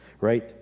right